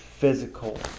physical